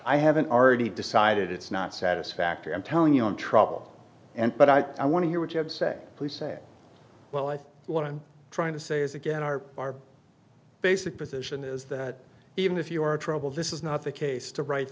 i haven't already decided it's not satisfactory i'm telling you in trouble and but i want to hear what you have say police say well i think what i'm trying to say is again our our basic position is that even if you are troubled this is not the case to wri